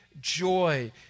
joy